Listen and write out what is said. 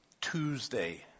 Tuesday